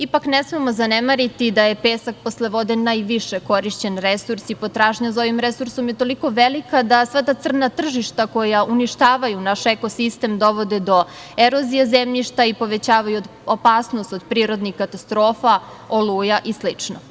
Ipak, ne smemo zanemariti, da je pesak posle vode najviše korišćen resurs i potražnja za ovim resursom toliko velika da sva ta crna tržišta koja uništavaju naše ekosistem dovode do erozije zemljišta i povećavaju opasnost od prirodnih katastrofa, oluja i slično.